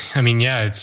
i mean yeah,